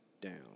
down